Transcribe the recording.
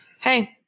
Hey